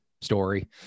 story